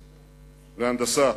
והנדסה.